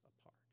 apart